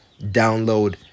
download